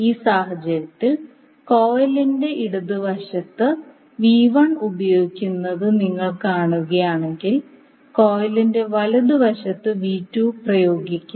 ഈ സാഹചര്യത്തിൽ കോയിലിന്റെ ഇടതുവശത്ത് പ്രയോഗിക്കുന്നത് നിങ്ങൾ കാണുകയാണെങ്കിൽ കോയിലിന്റെ വലതുവശത്ത് പ്രയോഗിക്കുന്നു